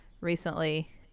recently